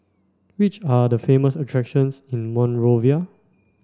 which are the famous attractions in Monrovia